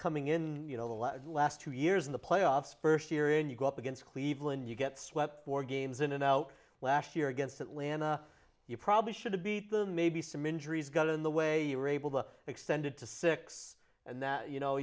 coming in you know the last two years in the playoffs first year and you go up against cleveland you get swept four games in and out last year against atlanta you probably should have beat them maybe some injuries got in the way you were able to extend it to six and you know